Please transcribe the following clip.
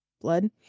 blood